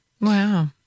Wow